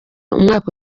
umwaka